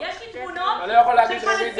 אני מצטרף למה